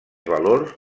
valors